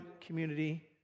Community